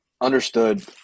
understood